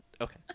okay